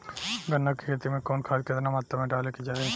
गन्ना के खेती में कवन खाद केतना मात्रा में डाले के चाही?